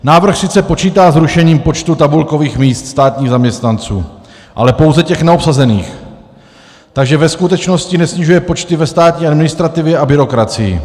Návrh sice počítá s rušením počtu tabulkových míst státních zaměstnanců, ale pouze těch neobsazených, takže ve skutečnosti nesnižuje počty ve státní administrativě a byrokracii.